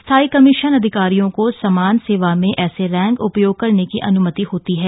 स्थाई कमीशन अधिकारियों को समान सेवा में ऐसे रेंक उपयोग करने की अन्मति होती है